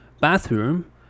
bathroom